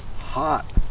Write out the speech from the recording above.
hot